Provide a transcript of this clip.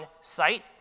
site